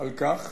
על כך